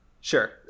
Sure